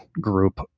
group